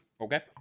Okay